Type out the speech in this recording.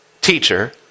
Teacher